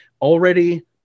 already